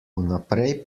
vnaprej